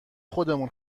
خودمون